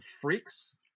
Freaks